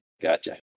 Gotcha